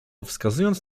wskazując